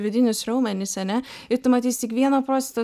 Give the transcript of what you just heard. vidinius raumenis ane ir tu matysi tik vieno procento